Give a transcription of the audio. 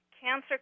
cancer